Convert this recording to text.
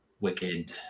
wicked